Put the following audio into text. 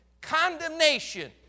Condemnation